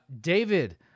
David